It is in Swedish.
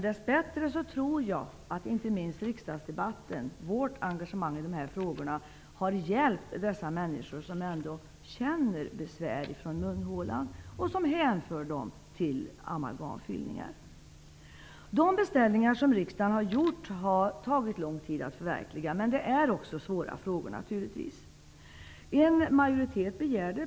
Dess bättre tror jag att inte minst riksdagsdebatten, vårt engagemang i dessa frågor, har hjälpt de människor som ändå känner besvär från munhålan och som hänför dem till amalgamfyllningar. De beställningar som riksdagen har gjort har tagit lång tid att förverkliga. Detta är också svåra frågor.